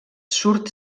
surt